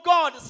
God